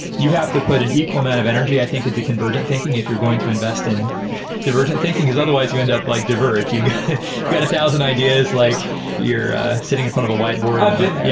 you have to put an equal amount of energy. i think at the convergent thinking, if you're going to invest in divergent thinking because otherwise you end up like diverged. you've got a thousand ideas, like you're sitting in front of a whiteboard i've been there.